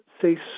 say